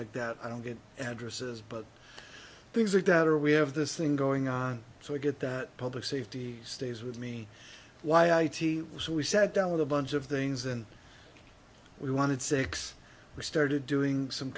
like that i don't get addresses but things are that are we have this thing going on so i get that public safety stays with me y e t so we sat down with a bunch of things and we wanted six we started doing some